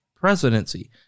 presidency